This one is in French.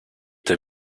t’as